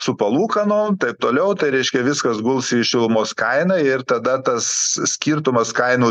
su palūkanom toliau tai reiškia viskas guls į šilumos kainą ir tada tas skirtumas kainų